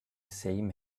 same